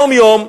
יום-יום,